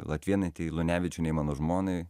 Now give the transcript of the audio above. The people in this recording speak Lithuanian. latvėnaitė lunevičienei mano žmonai